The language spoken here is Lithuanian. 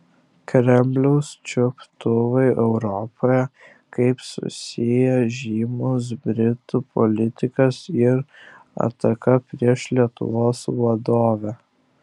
kremliaus čiuptuvai europoje kaip susiję žymus britų politikas ir ataka prieš lietuvos vadovę